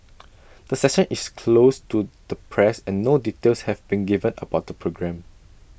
the session is closed to the press and no details have been given about the programme